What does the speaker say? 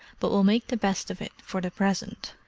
but we'll make the best of it for the present.